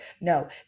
No